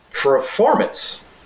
performance